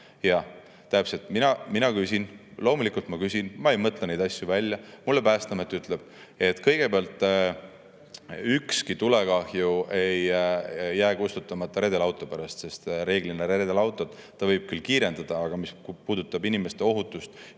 Jaa, täpselt nii. Mina küsin, loomulikult ma küsin, ma ei mõtle neid asju välja. Mulle Päästeamet ütles kõigepealt, et ükski tulekahju ei jää kustutamata redelauto pärast. Reeglina võib redelauto seda küll kiirendada, aga mis puudutab inimeste ohutust